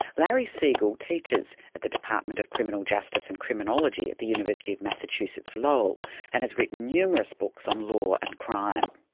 larry siegel teaches at the department of criminal justice and criminology at the university of massachusetts-lowell and has written numerous books on law and crime.